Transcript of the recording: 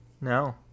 No